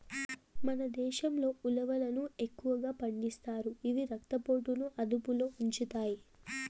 మన దేశంలో ఉలవలను ఎక్కువగా పండిస్తారు, ఇవి రక్త పోటుని అదుపులో ఉంచుతాయి